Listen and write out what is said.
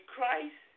Christ